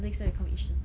next time you come yishun